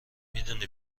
میدونی